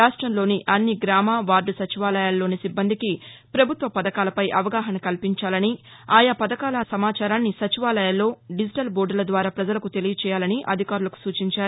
రాష్టంలోని అన్ని గ్రామ వార్డు సచివాలయాల్లోని సిబ్బందికి పభుత్వ పథకాలపై అవగాహన కల్పించాలని ఆయా పథకాల సమాచారాన్ని సచివాలయాల్లో డిజిటల్ బోర్డల ద్వారా ప్రజలకు తెలియచేయాలని అధికారులకు సూచించారు